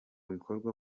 bikorwa